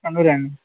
കണ്ണൂരാണ്